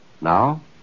Now